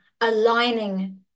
aligning